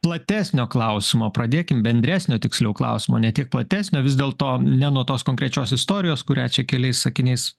platesnio klausimo pradėkim bendresnio tiksliau klausimo ne tiek platesnio vis dėlto ne nuo tos konkrečios istorijos kurią čia keliais sakiniais